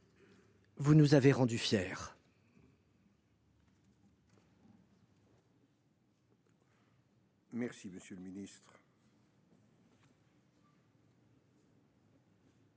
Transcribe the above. vous nous avez rendus fiers.